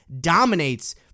dominates